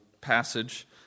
passage